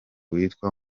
witwa